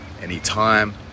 anytime